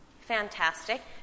fantastic